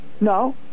No